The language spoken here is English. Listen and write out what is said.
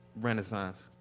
Renaissance